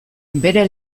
bere